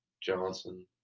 Johnson